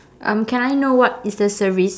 um can I know what is the service